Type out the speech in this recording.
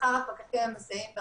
בשנת 2013 הצעד הראשון שקבע המשרד הוא